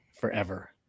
forever